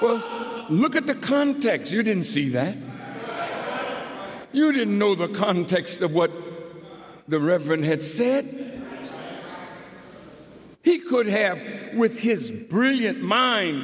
well look at the context you didn't see that you didn't know the context of what the reverend had said he could have with his brilliant mind